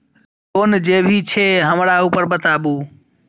Loan जे भी छे हमरा ऊपर बताबू?